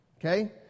Okay